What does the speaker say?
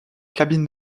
cabine